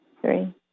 three